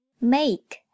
make